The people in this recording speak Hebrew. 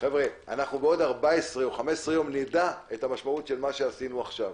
אנחנו בעוד 15-14 יום נדע את המשמעות של מה שעשינו עכשיו.